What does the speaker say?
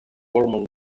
formal